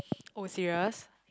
oh serious